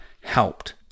helped